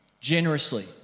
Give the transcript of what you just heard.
generously